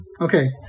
Okay